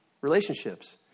relationships